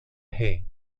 hee